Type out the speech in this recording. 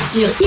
Sur